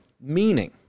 meaning